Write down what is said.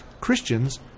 Christians